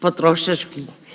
potrošačkih